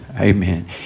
amen